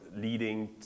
leading